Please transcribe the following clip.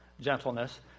gentleness